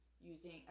using